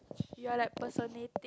you are like personae